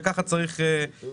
וככה צריך להיות.